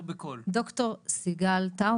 במשרד הבריאות.